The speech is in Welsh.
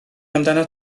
amdanat